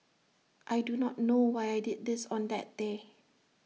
I do not know why I did this on that day